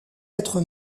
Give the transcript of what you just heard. être